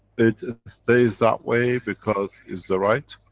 it stays that way because is the right,